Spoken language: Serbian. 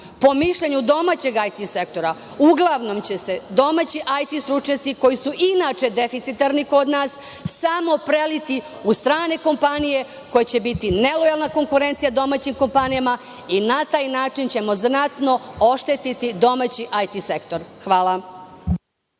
Po mišljenju domaćeg IT sektora, uglavnom će se domaći IT stručnjaci, koji su inače deficitarni kod nas, samo preliti u strane kompanije koje će biti nelojalna konkurencija domaćim kompanijama i na taj način ćemo znatno oštetiti domaći IT sektor. Hvala.